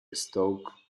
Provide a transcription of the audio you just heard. stoke